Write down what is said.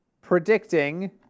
predicting